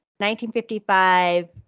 1955